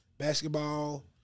Basketball